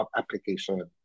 application